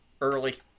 early